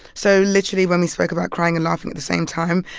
so literally, when we spoke about crying and laughing at the same time,